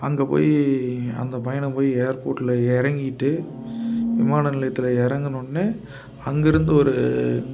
அங்கே போய் அந்த பயணம் போய் ஏர்போர்டில் இறங்கிட்டு விமான நிலையத்தில் இறங்குனவுனே அங்கேருந்து ஒரு